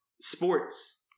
sports